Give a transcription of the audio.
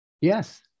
Yes